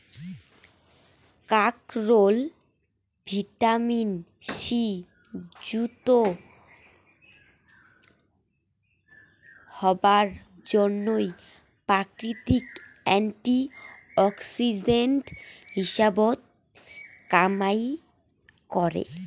কাকরোল vitamin C যুত হবার জইন্যে প্রাকৃতিক অ্যান্টি অক্সিডেন্ট হিসাবত কামাই করে